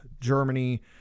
Germany